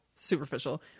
superficial